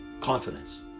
confidence